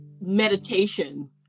Meditation